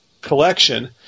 collection